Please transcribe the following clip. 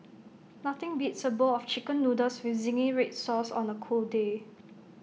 nothing beats A bowl of Chicken Noodles with Zingy Red Sauce on A cold day